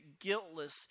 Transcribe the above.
guiltless